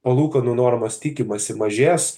palūkanų normos tikimasi mažės